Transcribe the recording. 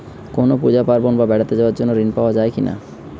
কোনো পুজো পার্বণ বা বেড়াতে যাওয়ার জন্য ঋণ পাওয়া যায় কিনা?